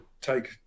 take